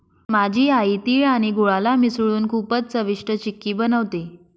माझी आई तिळ आणि गुळाला मिसळून खूपच चविष्ट चिक्की बनवते